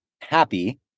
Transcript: happy